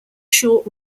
short